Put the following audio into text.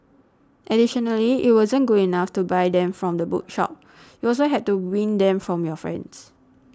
additionally it wasn't good enough to buy them from the bookshop you also had to win them from your friends